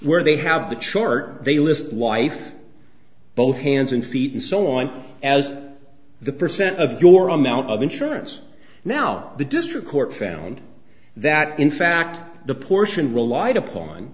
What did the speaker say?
where they have the chart they list wife both hands and feet and so on as the percent of your amount of insurance now the district court found that in fact the portion